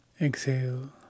Exhale